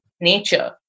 nature